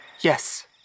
Yes